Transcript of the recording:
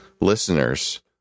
listeners